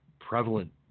prevalent